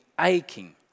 aching